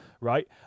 right